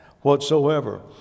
whatsoever